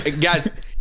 Guys